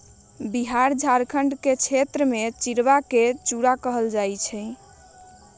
बिहार झारखंड के क्षेत्रवा में चिड़वा के चूड़ा कहल जाहई